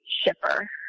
shipper